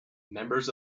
members